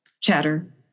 Chatter